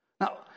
Now